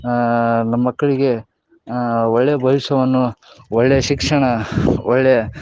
ಹಾಂ ನಮ್ಮ ಮಕ್ಕಳಿಗೆ ಒಳ್ಳೆ ಭವಿಷ್ಯವನ್ನು ಒಳ್ಳೆ ಶಿಕ್ಷಣ ಒಳ್ಳೆ